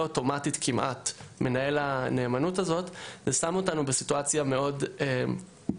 כמעט אוטומטית מנהל הנאמנות הזאת זה שם אותנו בסיטואציה מאוד מורכבת.